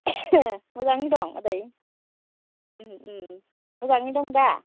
मोजाङै दं आदै मोजाङै दं दा